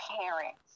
parents